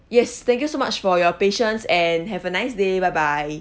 yes thank you so much for your patience and have a nice day bye bye